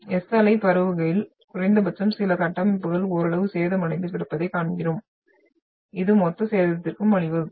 S அலை பரவுகையில் குறைந்தபட்சம் சில கட்டமைப்புகள் ஓரளவு சேதமடைந்து கிடப்பதைக் காண்கிறோம் இது மொத்த சேதத்திற்கு வழிவகுக்கும்